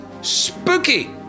Spooky